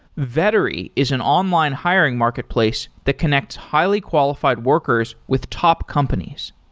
vettery is an online hiring marketplace to connects highly-qualified workers with top companies.